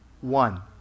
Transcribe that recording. one